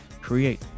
create